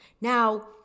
Now